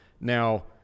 Now